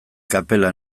kapela